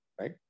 right